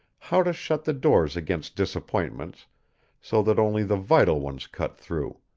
how to shut the doors against disappointments so that only the vital ones cut through,